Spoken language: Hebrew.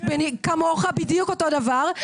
כמוך בדיוק אותו דבר,